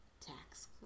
tax